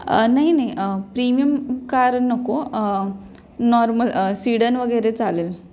नाही नाही premium car नको नॉर्मल सिडन वगैरे चालेल